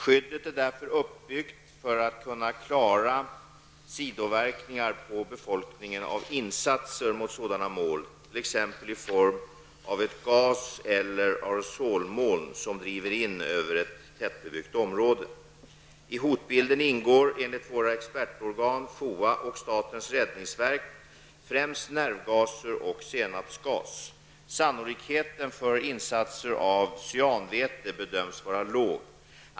Skyddet är därför uppbyggt för att kunna klara sidoverkningar på befolkningen av insatser mot sådana mål, t.ex. i form av ett gas eller aerosolmoln som driver in över ett tättbebyggt område. I hotbilden ingår, enligt våra exportorgan FOA och statens räddningsverk, främst nervgaser och senapsgas. Sannolikheten för insatser av cyanväte bedöms vara låg.